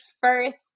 first